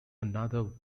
another